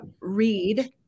read